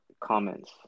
comments